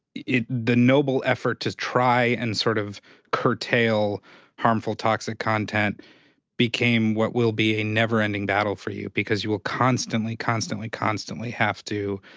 the noble effort to try and sort of curtail harmful, toxic content became what will be a never-ending battle for you. because you will constantly, constantly, constantly have to,